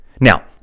Now